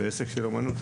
עסק של אמנות,